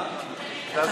מה לעשות,